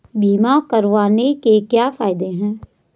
बीमा करवाने के क्या फायदे हैं?